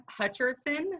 Hutcherson